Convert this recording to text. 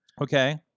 Okay